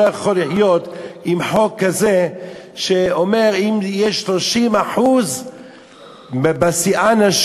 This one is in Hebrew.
אני לא יכול לחיות עם חוק כזה שאומר: אם יש 30% נשים בסיעה,